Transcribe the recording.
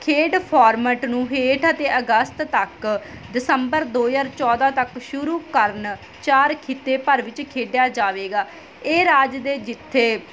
ਖੇਡ ਫ਼ੋਰਮੈਟ ਨੂੰ ਹੇਠ ਅਤੇ ਅਗਸਤ ਤੱਕ ਦਸੰਬਰ ਦੋ ਹਜ਼ਾਰ ਚੌਦ੍ਹਾਂ ਤੱਕ ਸ਼ੁਰੂ ਕਰਨ ਚਾਰ ਖਿੱਤੇ ਭਰ ਵਿੱਚ ਖੇਡਿਆ ਜਾਵੇਗਾ ਇਹ ਰਾਜ ਦੇ ਜਿੱਥੇ